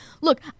Look